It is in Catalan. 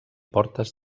portes